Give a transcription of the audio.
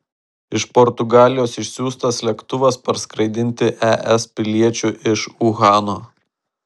iš portugalijos išsiųstas lėktuvas parskraidinti es piliečių iš uhano